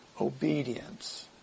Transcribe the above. obedience